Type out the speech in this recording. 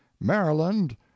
maryland